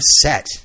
set